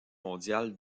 mondial